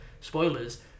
spoilers